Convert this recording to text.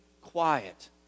quiet